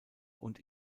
und